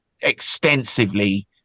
extensively